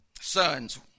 sons